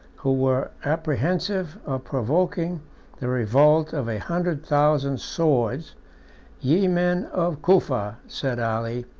who were apprehensive of provoking the revolt of a hundred thousand swords ye men of cufa, said ali,